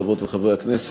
חברות וחברי הכנסת,